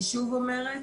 אני שוב אומרת